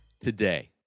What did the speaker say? today